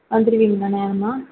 வந்துடுவீங்களா நேரமாக